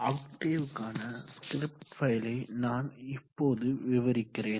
ஆக்டேவ்க்கான script ஃபைலை நான் இப்போது விவரிக்கிறேன்